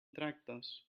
tractes